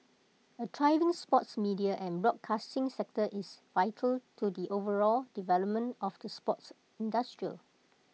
A thriving sports media and broadcasting sector is vital to the overall development of the sports industrial